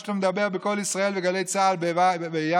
שאתה מדבר בקול ישראל ובגלי צה"ל ביחד.